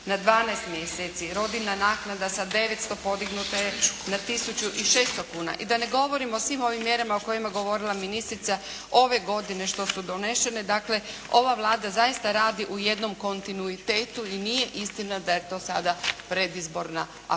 na 12 mjeseci, rodiljna naknada sa 900 podignuta je na tisuću i 600 kuna. I da ne govorim o svim ovim mjerama o kojima je govorila ministrica ove godine što su donešene. Dakle ova Vlada zaista radi u jednom kontinuitetu i nije istina da je to sada predizborna aktivnost.